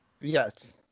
Yes